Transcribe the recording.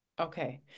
Okay